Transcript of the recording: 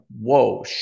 whoa